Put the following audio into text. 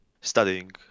studying